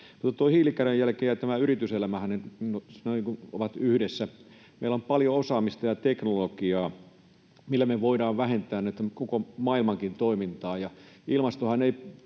hiilikädenjälki ja yrityselämähän ovat yhdessä. Meillä on paljon osaamista ja teknologiaa, millä me voidaan vähentää koko maailmankin toimintaa.